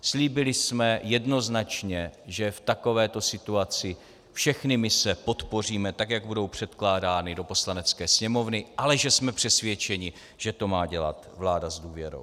Slíbili jsme jednoznačně, že v takovéto situaci všechny mise podpoříme, tak jak budou předkládány do Poslanecké sněmovny, ale že jsme přesvědčeni, že to má dělat vláda s důvěrou.